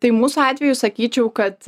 tai mūsų atveju sakyčiau kad